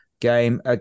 game